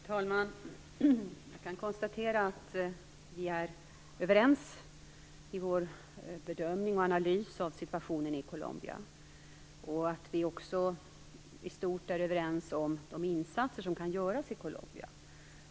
Fru talman! Jag kan konstatera att vi är överens i vår bedömning och analys av situationen i Colombia. Vi är också i stort överens om de insatser som kan göras i Colombia.